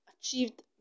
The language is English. achieved